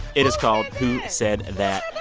is called who said that?